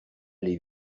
les